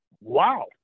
wow